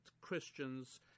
Christians